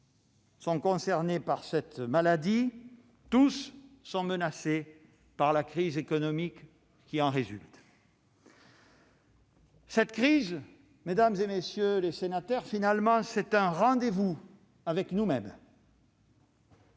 sont concernés par cette maladie, tous sont menacés par la crise économique qui en résulte. Cette crise, mesdames, messieurs les sénateurs, est finalement un rendez-vous avec nous-mêmes.